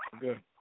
Good